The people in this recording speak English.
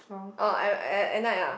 oh at at at night ah